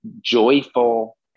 joyful